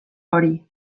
hori